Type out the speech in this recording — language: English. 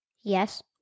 Yes